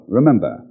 Remember